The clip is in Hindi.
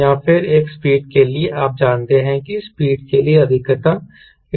या फिर एक स्पीड के लिए आप जानते हैं कि स्पीड के लिए अधिकतम 135 नॉट है